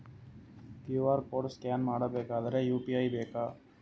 QR code scan ಮಾಡಬೇಕಾದರೆ UPI ಬೇಕಾ?